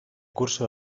curso